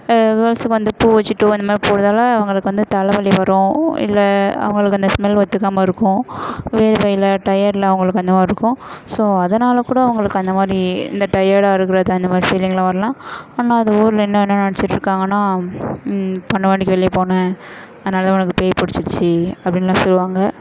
கேர்ள்ஸுக்கு வந்து பூ வச்சுட்டோ இந்த மாதிரி போகிறதால அவர்களுக்கு வந்து தலைவலி வரும் இல்லை அவர்களுக்கு அந்த ஸ்மெல் ஒத்துக்காமல் இருக்கும் வேர்வையில் டயர்ட்டில் அவர்களுக்கு அந்த மாதிரி இருக்கும் ஸோ அதனால் கூட அவர்களுக்கு அந்த மாதிரி இந்த டயர்டாக இருக்கிறது அந்த மாதிரி ஃபீலிங்கெலாம் வரலாம் ஆனால் அதை ஊரில் இன்னும் என்ன நினச்சிட்ருக்காங்கனா பன்னென்டு மணிக்கு வெளியே போன அதனால தான் உனக்கு பேய் பிடிச்சிடுச்சி அப்படின்லாம் சொல்லுவாங்க